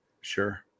Sure